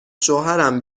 شوهرم